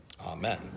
Amen